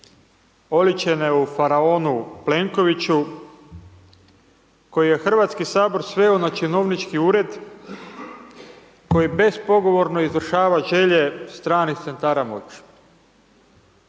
oličene u faraonu Plenkoviću koji je HS sveo na činovnički ured, koji bespogovorno izvršava želje stranih centara moći.